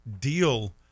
deal